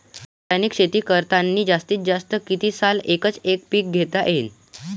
रासायनिक शेती करतांनी जास्तीत जास्त कितीक साल एकच एक पीक घेता येईन?